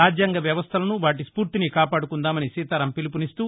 రాజ్యాంగ వ్యవస్థలను వాటి స్ఫూర్తిని కాపాడుకుందామని సీతారామ్ పిలుపునిస్తూ